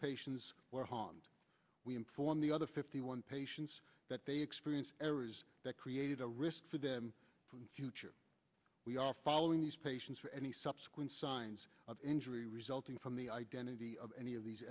patients were harmed we inform the other fifty one patients that they experience errors that created a risk for the future we are following these patients for any subsequent signs of injury resulting from the identity of any of these